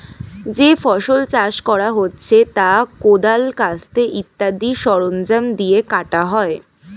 যে ফসল চাষ করা হচ্ছে তা কোদাল, কাস্তে ইত্যাদি সরঞ্জাম দিয়ে কাটা হয়